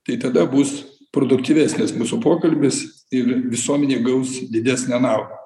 tai tada bus produktyvesnis mūsų pokalbis ir visuomenė gaus didesnę naudą